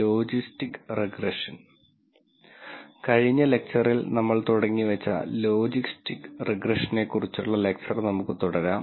logistic regression കഴിഞ്ഞ ലെക്ച്ചറിൽ നമ്മൾ തുടങ്ങിവച്ച ലോജിസ്റ്റിക് റിഗ്രഷനെക്കുറിച്ചുള്ള ലെക്ച്ചർ നമുക്ക് തുടരാം